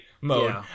Mode